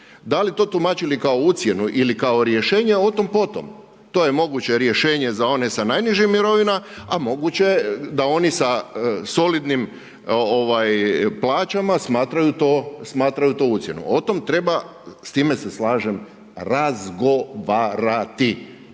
Da li to tumačili kao ucjenu ili kao rješenje, o tom potom, to je moguće rješenje za one sa najnižim mirovinama, a moguće da oni sa solidnim plaćama smatraju to ucjenom. O tom treba, s time se slažem, razgovarati.